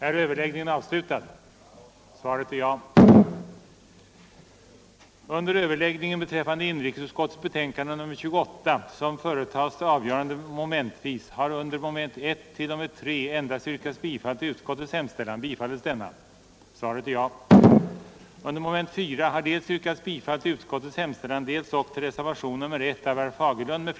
den det ej vill röstar nej.